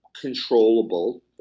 controllable